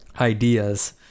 ideas